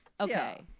okay